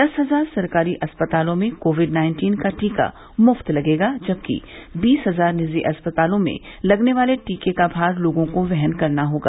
दस हजार सरकारी अस्पतालों में कोविड नाइन्टीन का टीका मुफ्त लगेगा जबकि बीस हजार निजी अस्पतालों में लगने वाले टीके का भार लोगों को वहन करना होगा